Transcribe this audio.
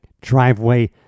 driveway